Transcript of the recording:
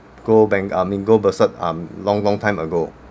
go bank~ I mean go berserk um long long time ago